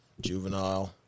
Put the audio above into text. Juvenile